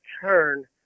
turn